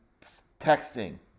texting